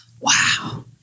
wow